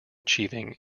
achieving